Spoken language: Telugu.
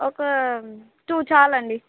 ఒక టూ చాలు అండి